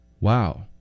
Wow